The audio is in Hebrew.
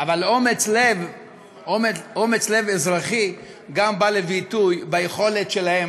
אבל אומץ לב אזרחי בא לידי ביטוי גם ביכולת שלהם